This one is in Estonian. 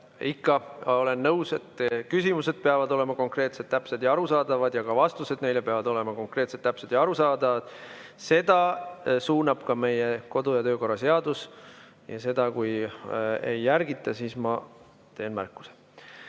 Ikka olen nõus, et küsimused peavad olema konkreetsed, täpsed ja arusaadavad ja ka vastused neile peavad olema konkreetsed, täpsed ja arusaadavad. Seda suunab ka meie kodu‑ ja töökorra seadus, ja kui seda ei järgita, siis ma teen märkuse.